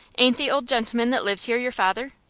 ain't the old gentleman that lives here your father?